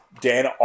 Dan